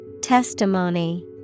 Testimony